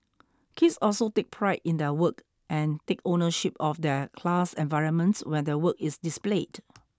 kids also take pride in their work and take ownership of their class environment when their work is displayed